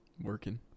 working